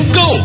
go